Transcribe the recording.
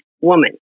woman